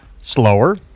slower